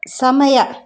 ಸಮಯ